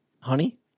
Honey